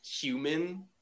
human